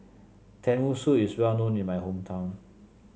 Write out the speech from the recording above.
tenmusu is well known in my hometown